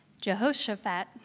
Jehoshaphat